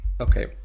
Okay